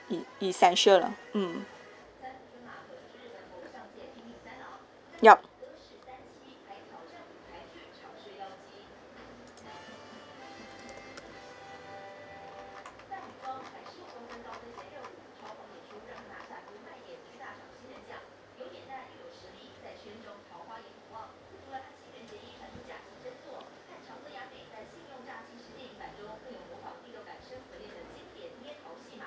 e~ essential lah mm yup